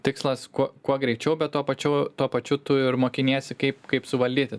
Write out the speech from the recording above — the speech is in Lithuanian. tikslas kuo kuo greičiau bet tuo pačiu tuo pačiu tu ir mokiniesi kaip kaip suvaldyti